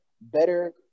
better